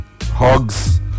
hugs